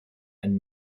and